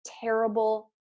terrible